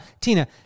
Tina